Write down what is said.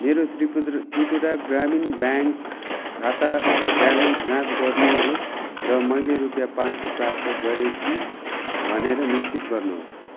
मेरो त्रिपु त्रिपुरा ग्रामीण ब्याङ्क खाता ब्यालेन्स जाँच गर्नुहोस् र मैले रुपियाँ पाँच सौ प्राप्त गरेँ कि भनेर निश्चित गर्नुहोस्